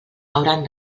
hauran